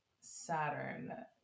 saturn